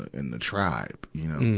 in the tribe, you know.